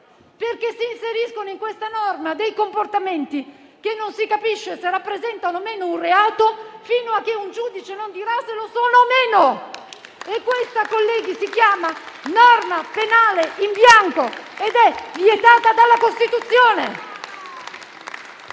perché si inseriscono in questo provvedimento dei comportamenti che non si capisce se rappresentano o meno un reato fino a che un giudice non dica se lo sono o meno e questa, colleghi, si chiama norma penale in bianco ed è vietata dalla Costituzione.